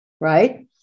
right